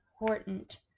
important